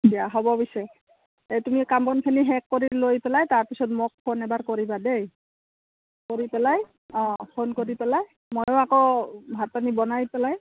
এই তুমি কাম বনখিনি শেষ কৰি লৈ পেলাই তাৰপিছত মোক ফোন এবাৰ কৰিবা দেই কৰি পেলাই অঁ ফোন কৰি পেলাই ময়ো আকৌ ভাত পানী বনাই পেলাই